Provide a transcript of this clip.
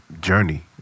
journey